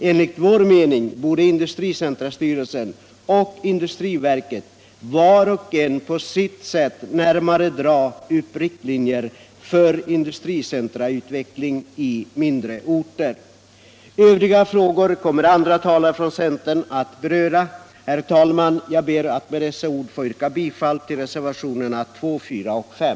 Enligt vår mening borde stiftelsen Industricentra och industriverket var och en på sitt sätt närmare dra upp riktlinjer för industricenterutveckling i mindre orter. Övriga frågor kommer andra talare från centern att beröra. Herr talman! Jag ber med dessa ord att få yrka bifall till reservationerna 2, 4 och 5.